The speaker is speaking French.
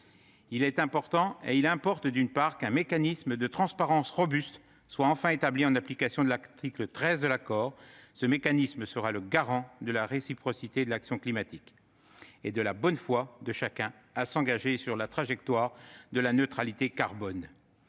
présentée aujourd'hui. Il importe, d'une part, qu'un mécanisme de transparence robuste soit enfin établi en application de l'article 13 de l'accord : ce mécanisme sera le garant de la réciprocité de l'action climatique et de la bonne foi de chacun à s'engager sur la trajectoire de la neutralité carbone.